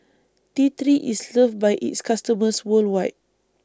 T three IS loved By its customers worldwide